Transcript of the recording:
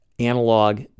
analog